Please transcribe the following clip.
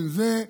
אין זה,